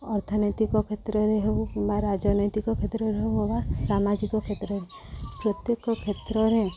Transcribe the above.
ଅର୍ଥନୈତିକ କ୍ଷେତ୍ରରେ ହଉ କିମ୍ବା ବା ରାଜନୈତିକ କ୍ଷେତ୍ରରେ ହଉ ବା ସାମାଜିକ କ୍ଷେତ୍ରରେ ପ୍ରତ୍ୟେକ କ୍ଷେତ୍ରରେ